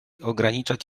ograniczać